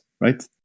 right